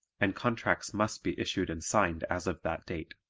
and contracts must be issued and signed as of that date.